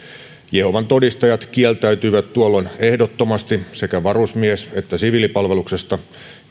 jehovan todistajat kieltäytyivät tuolloin ehdottomasti sekä varusmies että siviilipalveluksesta